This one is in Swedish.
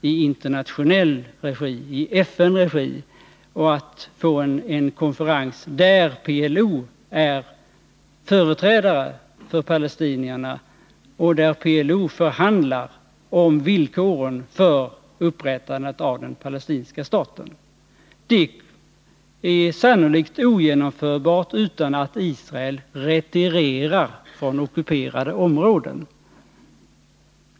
På denna konferens skulle PLO vara företrädare för palestinierna och förhandla om villkoren för upprättandet av en palestinsk stat. Det är sannolikt ogenomförbart utan att Israel retirerar från ockuperade områden.